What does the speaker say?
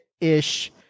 ish